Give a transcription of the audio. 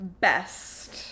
Best